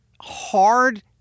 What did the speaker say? Hard